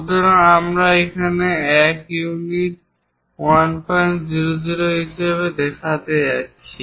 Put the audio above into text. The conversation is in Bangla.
সুতরাং আমরা এখানে 1 ইউনিট 100 হিসাবে দেখাচ্ছি